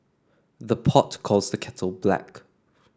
the pot calls the kettle black